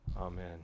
Amen